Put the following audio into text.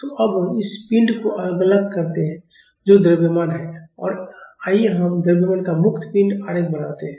तो अब हम इस पिंड को अलग करते हैं जो द्रव्यमान है और आइए हम द्रव्यमान का मुक्त पिंड आरेख बनाते हैं